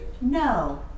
No